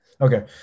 okay